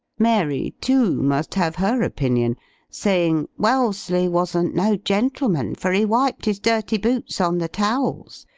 mary, too, must have her opinion saying wellesley wasn't no gentleman, for he wiped his dirty boots on the towels,